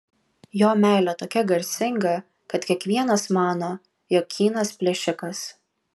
jo meilė tokia garsinga kad kiekvienas mano jog kynas plėšikas